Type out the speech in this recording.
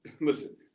listen